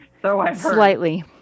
slightly